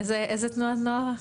באיזו תנועת נוער את?